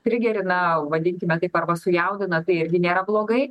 trigerina vadinkime taip arba sujaudina tai irgi nėra blogai